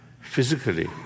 Physically